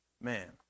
man